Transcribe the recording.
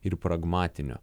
ir pragmatinio